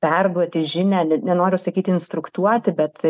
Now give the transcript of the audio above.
perduoti žinią nenoriu sakyti instruktuoti bet